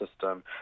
system